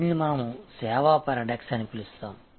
దీనిని మనము సేవ పారడాక్స్ అని పిలుస్తాము